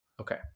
Okay